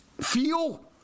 feel